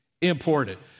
important